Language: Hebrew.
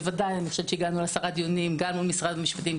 ודאי הגענו לעשרה דיונים גם עם משרד המשפטים,